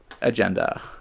agenda